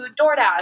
DoorDash